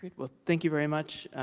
good. well thank you very much.